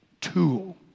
tool